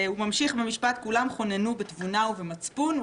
הוא ממשיך במשפט: "כולם חוננו בתבונה ובמצפון,